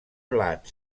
blat